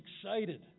excited